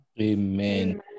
Amen